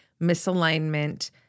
misalignment